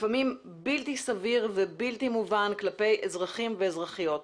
לפעמים בלתי סביר ובלתי מובן כלפי אזרחים ואזרחיות.